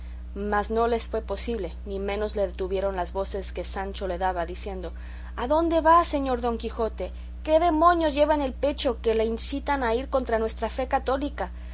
mas no les fue posible ni menos le detuvieron las voces que sancho le daba diciendo adónde va señor don quijote qué demonios lleva en el pecho que le incitan a ir contra nuestra fe católica